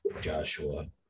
joshua